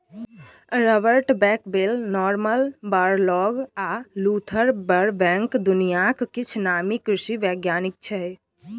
Robert Bakewell, Norman Borlaug आ Luther Burbank दुनियाक किछ नामी कृषि बैज्ञानिक छै